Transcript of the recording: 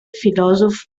filòsof